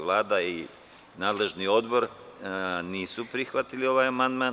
Vlada i nadležni odbor nisu prihvatili ovaj amandman.